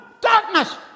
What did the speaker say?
darkness